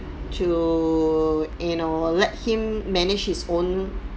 to you know let him manage his own